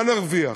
מה נרוויח?